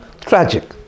Tragic